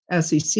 SEC